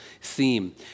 theme